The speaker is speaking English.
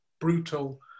brutal